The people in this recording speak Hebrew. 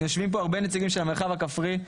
יושבים פה הרבה נציגים של המרחב הכפרי,